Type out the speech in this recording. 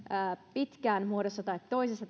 pitkään muodossa tai toisessa